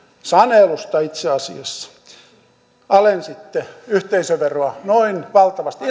sanelusta itse asiassa alentamaan yhteisöveroa noin valtavasti